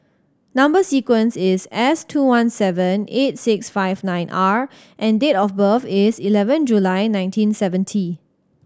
number sequence is S two one seven eight six five nine R and date of birth is eleven July nineteen seventy